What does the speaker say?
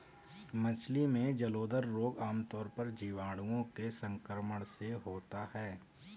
मछली में जलोदर रोग आमतौर पर जीवाणुओं के संक्रमण से होता है